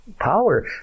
power